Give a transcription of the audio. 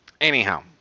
anyhow